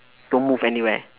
don't move anywhere